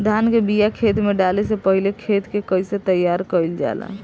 धान के बिया खेत में डाले से पहले खेत के कइसे तैयार कइल जाला?